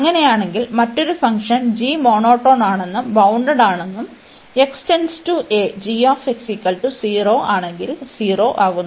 അങ്ങനെയാണെങ്കിൽ മറ്റൊരു function g monotone ആണെന്നും ബൌണ്ടഡ്ഡാണെന്നും 0 ആകുന്നു